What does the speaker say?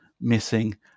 missing